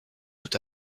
tout